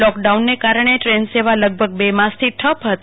લોકડાઉનને કારણે ટ્રેન સેવા લગભગ બ માસ થી ઠપ હતી